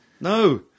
No